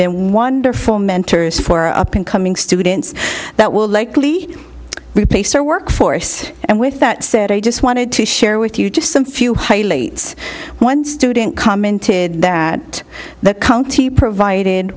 been wonderful mentors for up incoming students that will likely replace our workforce and with that said i just wanted to share with you just some few highlights one student commented that the county provided